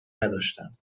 نداشتم